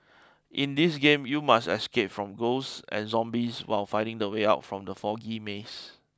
in this game you must escape from ghosts and zombies while finding the way out from the foggy maze